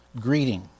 greeting